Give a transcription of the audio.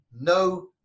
no